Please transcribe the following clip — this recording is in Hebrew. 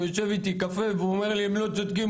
הוא יושב איתי לקפה והוא אומר לי שהם לא צודקים,